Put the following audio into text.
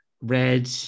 Red